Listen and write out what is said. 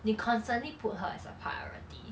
你 constantly put her as a priority